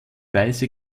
weiße